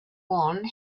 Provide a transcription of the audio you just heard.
one